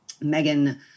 Megan